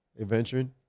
Adventuring